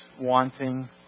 wanting